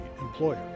employer